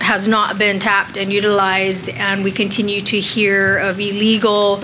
has not been tapped and utilized and we continue to hear of legal